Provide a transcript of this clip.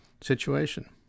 situation